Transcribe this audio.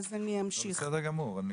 הכנסת.